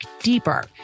deeper